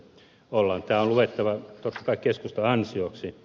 tämä on luettava totta kai keskustan ansioksi